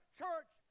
church